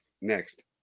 next